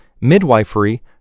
midwifery